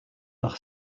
par